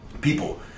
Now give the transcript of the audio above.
people